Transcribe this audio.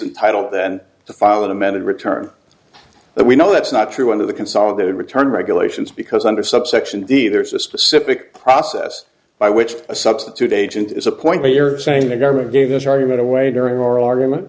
entitle than to file an amended return but we know that's not true under the consolidated return regulations because under subsection d there's a specific process by which a substitute agent is a point where you're saying the government gave this argument away during oral argument